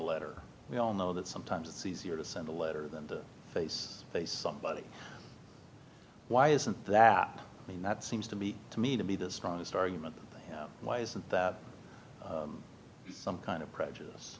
letter we all know that sometimes it's easier to send a letter than the face they somebody why isn't that mean that seems to be to me to be the strongest argument why isn't that some kind of prejudice